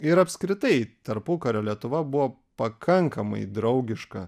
ir apskritai tarpukario lietuva buvo pakankamai draugiška